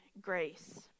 grace